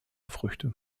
früchte